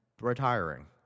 retiring